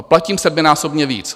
Platím sedminásobně víc.